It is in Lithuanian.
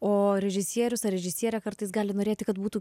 o režisierius ar režisierė kartais gali norėti kad būtų